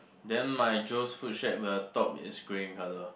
then my Joe's food shack the top is grey in colour